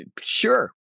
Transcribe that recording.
sure